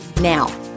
now